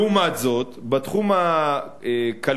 לעומת זאת, בתחום הכלכלי-חברתי,